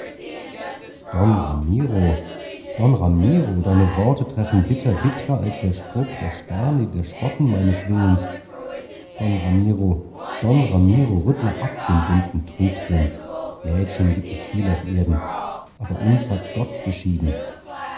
don ramiro don ramiro deine worte treffen bitter bittrer als der spruch der sterne die da spotten meines willens don ramiro don ramiro rüttle ab den dumpfen trübsinn mädchen gibt es viel auf erden aber uns hat gott geschieden